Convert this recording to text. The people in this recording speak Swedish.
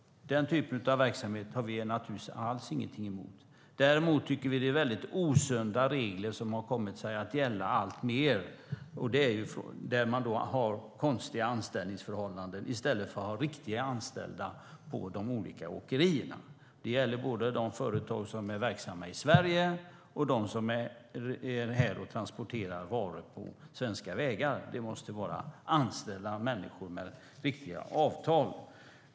Den typen av verksamheter har vi naturligtvis ingenting emot alls. Däremot tycker vi att det är väldigt osunda regler som alltmer har kommit att gälla och där man har konstiga anställningsförhållanden i stället för att ha riktiga anställda på de olika åkerierna. Det gäller både de företag som är verksamma i Sverige och de som är här och transporterar varor på svenska vägar. Det måste vara anställda människor med riktiga avtal.